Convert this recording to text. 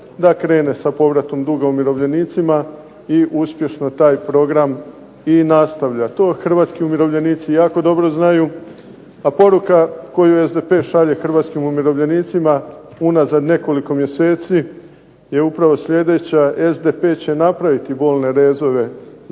da krene sa povratom duga umirovljenicima i uspješno taj program i nastavlja. To hrvatski umirovljenici jako dobro znaju, a poruka koju SDP šalje hrvatskim umirovljenicima unazad nekoliko mjeseci je upravo sljedeća SDP će napraviti bolne rezove za